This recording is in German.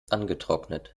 angetrocknet